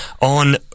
on